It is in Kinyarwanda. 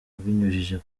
abinyujije